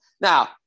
Now